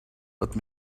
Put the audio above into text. but